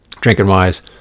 drinking-wise